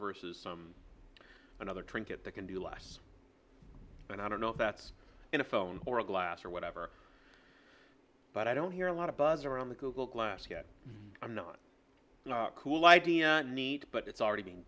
versus another trinket that can do less and i don't know if that's in a phone or a glass or whatever but i don't hear a lot of buzz around the google glass yet i'm not cool idea needs but it's already being